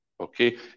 Okay